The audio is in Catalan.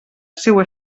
seua